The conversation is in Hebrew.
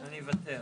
אני אוותר.